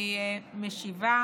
אני משיבה